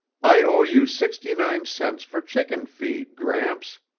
i owe you sixty-nine cents for chicken feed, gramps,